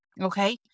okay